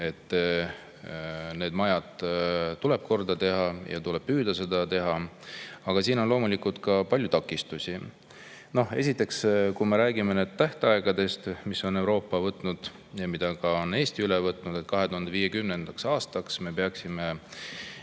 et need majad tuleb korda teha. Tuleb püüda seda teha, aga siin on loomulikult ka palju takistusi. Esiteks, kui me räägime tähtaegadest, mis on Euroopa võtnud ja mis Eesti on üle võtnud, siis 2050. aastaks me peaksime